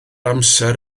amser